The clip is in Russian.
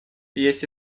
есть